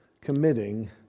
committing